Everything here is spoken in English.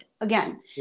Again